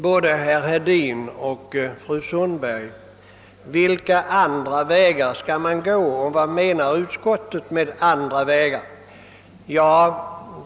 Både herr Hedin och fru Sundberg frågade vilka »andra vägar» man kan tänka sig och vad utskottet menar härvidlag.